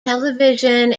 television